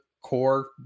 core